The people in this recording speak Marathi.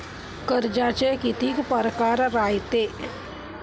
कर्जाचे कितीक परकार रायते?